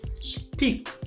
speak